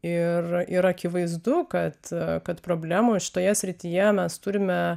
ir ir akivaizdu kad kad problemų šitoje srityje mes turime